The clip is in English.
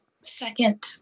second